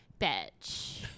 bitch